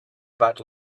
about